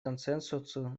консенсусу